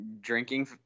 drinking